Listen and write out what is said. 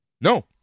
No